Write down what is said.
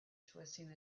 twisting